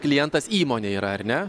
klientas įmonė yra ar ne